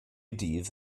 dydd